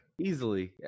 Easily